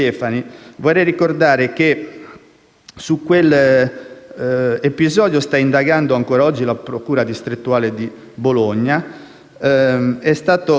su quell'episodio sta indagando ancora oggi la procura distrettuale di Bologna. Esso